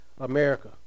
America